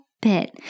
bit